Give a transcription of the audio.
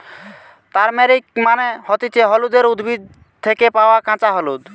turmeric মানে হতিছে হলুদের উদ্ভিদ থেকে পায়া কাঁচা হলুদ